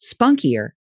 spunkier